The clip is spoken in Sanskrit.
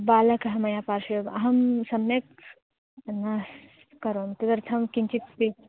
बालकः मया पार्श्वे अहं सम्यक् न करोमि तदर्थं किञ्चित् स्वि